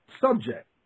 subject